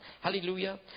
Hallelujah